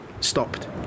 Stopped